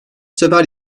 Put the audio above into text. sefer